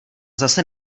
zase